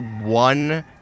one